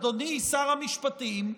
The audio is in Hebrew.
אדוני שר המשפטים,